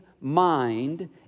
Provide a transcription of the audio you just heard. mind